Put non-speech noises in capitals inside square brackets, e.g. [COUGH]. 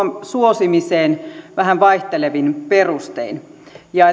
suosimiseen vähän vaihtelevin perustein ja [UNINTELLIGIBLE]